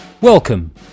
Welcome